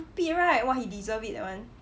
stupid right !wah! he deserve it that one